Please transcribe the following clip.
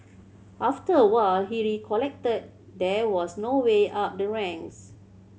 after a while he recollected there was no way up the ranks